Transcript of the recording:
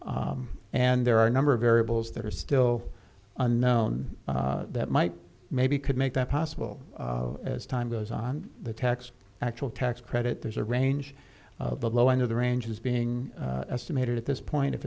workforce and there are a number of variables that are still unknown that might maybe could make that possible as time goes on the tax actual tax credit there's a range of the low end of the range is being estimated at this point if